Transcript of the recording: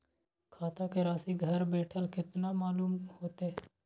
खाता के राशि घर बेठल केना मालूम होते?